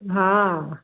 हा